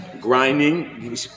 grinding